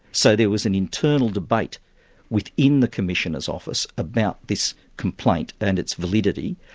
so there was an internal debate within the commissioner's office about this complaint and its validity,